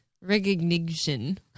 Recognition